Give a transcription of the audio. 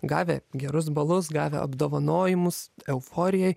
gavę gerus balus gavę apdovanojimus euforijoj